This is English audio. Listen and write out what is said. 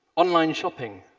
online shopping.